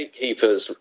gatekeepers